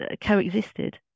coexisted